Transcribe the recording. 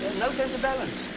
no sense of balance,